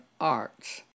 Arts